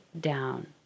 down